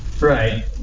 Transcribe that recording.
Right